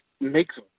makes